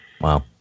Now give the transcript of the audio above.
Wow